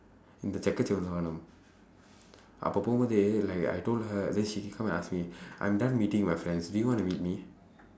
இந்த செக்க சிவந்த வானம் அப்ப போகும்போது:indtha sekka sivandtha vaanam appa pookumpoothu like I told her then she come and ask me I'm done meeting my friends do you want to meet me